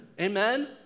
Amen